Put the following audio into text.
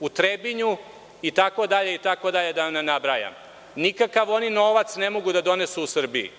u Trebinju itd, da ne nabrajam. Nikakav oni novac ne mogu da donesu u Srbiji,